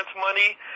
money